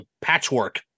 patchwork